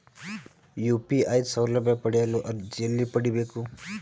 UPI ಸೌಲಭ್ಯ ಪಡೆಯಲು ಅರ್ಜಿ ಎಲ್ಲಿ ಪಡಿಬೇಕು?